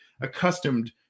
accustomed